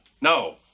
No